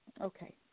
Okay